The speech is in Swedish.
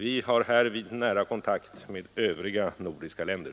Vi har därvid nära kontakt med övriga nordiska länder.